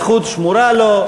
הזכות שמורה לו.